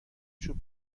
چوب